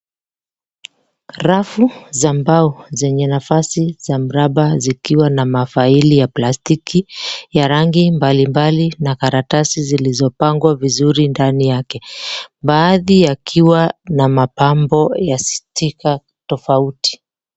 Rafu za mbao zenye nafasi za mraba zikiwa na mafaili ya plastiki ya rangi mbalimbali na karatasi zilizopangwa vizuri ndani yake. Baadhi yakiwa na mapambo ya sticker tofauti.